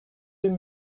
deux